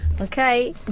Okay